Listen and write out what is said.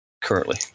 currently